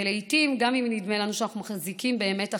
ולעיתים גם אם נדמה לנו שאנחנו מחזיקים באמת אחת,